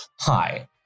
Hi